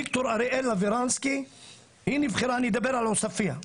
ד"ר אריאל אברנסקי היא נבחרה, אני מדבר על עוספיה,